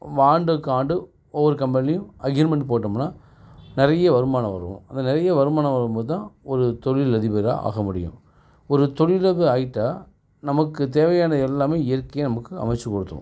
warranty card ஒவ்வொரு கம்பெனிலியும் agreement போட்டோம்னா நிறைய வருமானம் வரும் நிறையா வருமானம் வரும் போது தான் ஒரு தொழிலதிபராக ஆகமுடியும் ஒரு தொழிலதிபர் ஆகிட்டா நமக்கு தேவையான எல்லாமே இயற்கையா நமக்கு அமைச்சிக்குடுத்துரும்